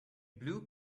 blue